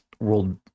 world